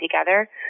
together